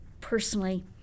personally